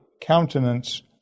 countenance